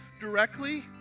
directly